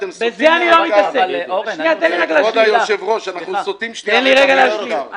כבוד היושב-ראש, אנחנו סוטים מן העיקר.